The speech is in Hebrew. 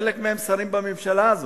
חלק מהם שרים בממשלה הזו.